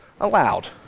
allowed